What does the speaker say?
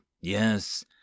Yes